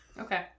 Okay